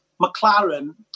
McLaren